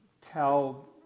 tell